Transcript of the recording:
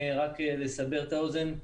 רק לסבר את האוזן,